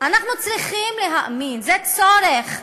אנחנו צריכים להאמין, זה צורך.